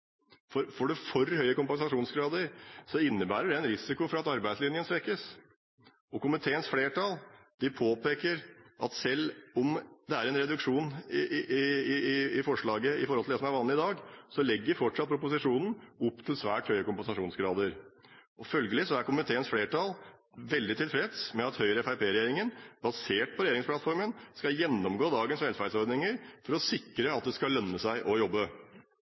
arbeidsfør. Får man for høye kompensasjonsgrader, innebærer det en risiko for at arbeidslinjen svekkes. Komiteens flertall påpeker at selv om det er foreslått en reduksjon i forhold til det som er vanlig i dag, legger proposisjonen fortsatt opp til svært høye kompensasjonsgrader. Følgelig er komiteens flertall veldig tilfreds med at Høyre–Fremskrittsparti-regjeringen, basert på regjeringsplattformen, skal gjennomgå dagens velferdsordninger for å sikre at det skal lønne seg å jobbe.